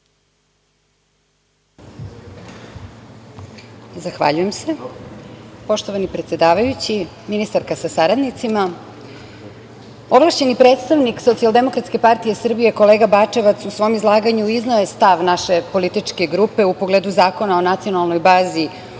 Zahvaljujem se. Poštovani predsedavajući, ministarka sa saradnicima, ovlašćeni predstavnik SDPS kolega Bačevac u svom izlaganju izneo je stav naše političke grupe u pogledu Zakona o nacionalnoj bazi